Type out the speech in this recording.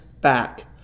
back